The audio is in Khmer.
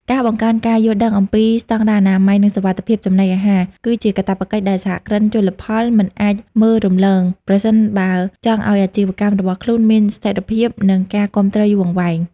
ការបង្កើនការយល់ដឹងអំពីស្តង់ដារអនាម័យ និងសុវត្ថិភាពចំណីអាហារ គឺជាកាតព្វកិច្ចដែលសហគ្រិនជលផលមិនអាចមើលរំលង ប្រសិនបើចង់ឱ្យអាជីវកម្មរបស់ខ្លួនមានស្ថិរភាព និងការគាំទ្រយូរអង្វែង។